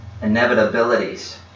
inevitabilities